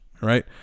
right